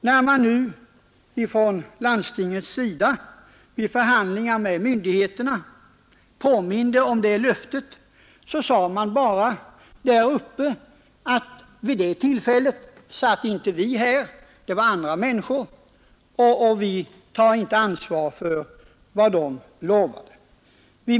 Då man nu ifrån landstingets sida vid förhandlingar med myndigheterna påminde om det löftet, svarade tjänstemännen bara att vid det tillfället satt inte vi här — det var andra personer, och vi tar inte ansvar för vad de lovade.